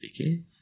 Okay